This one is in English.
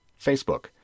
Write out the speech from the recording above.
Facebook